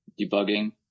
debugging